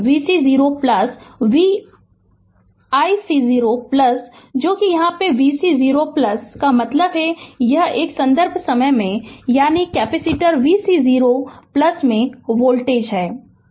vc 0 ic 0 जो कि है vc 0 का मतलब यह है यह एक संदर्भ समय 2553 यानी कैपेसिटर vc 0 में वोल्टेज है